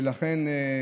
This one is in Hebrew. ולכן,